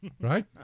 Right